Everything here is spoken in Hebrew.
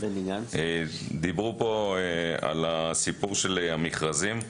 דיברו פה על הסיפור של המכרזים.